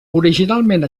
originalment